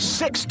six